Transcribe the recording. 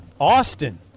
Austin